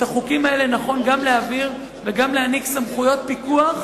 את החוקים האלה נכון גם להעביר וגם להעניק סמכויות פיקוח